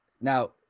now